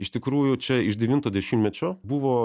iš tikrųjų čia iš devinto dešimtmečio buvo